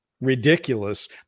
Ridiculous